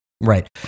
Right